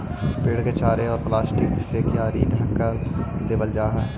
पेड़ के चारों ओर प्लास्टिक से कियारी ढँक देवल जा हई